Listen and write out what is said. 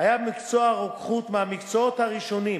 היה מקצוע הרוקחות מהמקצועות הראשונים